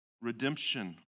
redemption